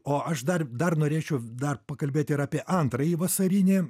o aš dar dar norėčiau dar pakalbėti ir apie antrąjį vasarinį